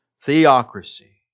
Theocracy